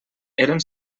eren